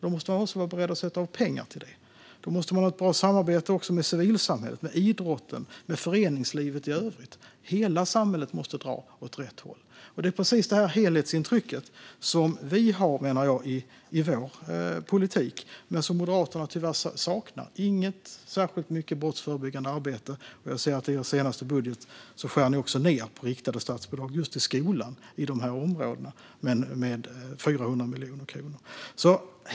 Då måste vi också vara beredda att avsätta pengar till det. Då måste man också ha ett bra samarbete med civilsamhället, med idrotten och föreningslivet i övrigt. Hela samhället måste dra åt rätt håll. Det är precis det helhetsintrycket som vi har i vår politik, menar jag, men som Moderaterna tyvärr saknar. Det finns inte särskilt mycket brottsförebyggande arbete, och i er senaste budget skär ni också ned på riktade statsbidrag just till skolan i de här områdena med 400 miljoner kronor.